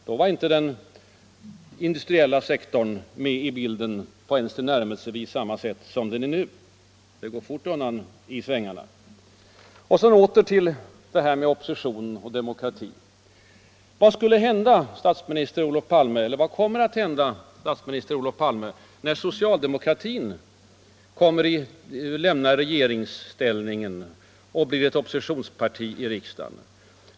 Då var inte den industriella sektorn med i bilden på ens tillnärmelsevis samma 'sätt som nu. Det går fort undan i svängarna! Sedan åter till frågan om oppositionen och demokratin. Vad kommer att hända, statsminister Olof Palme, när socialdemokratin lämnar regeringsställningen och blir ett oppositionsparti i riksdagen?